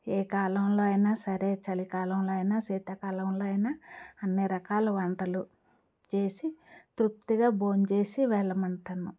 ఏ కాలంలో అయినా సరే చలికాలంలో అయినా శీతాకాలంలో అయినా అన్నీ రకాల వంటలు చేసి తృప్తిగా భోంచేసి వెళ్ళమంటాను